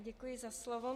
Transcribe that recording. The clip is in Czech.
Děkuji za slovo.